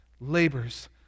labors